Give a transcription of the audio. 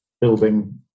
building